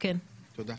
תודה.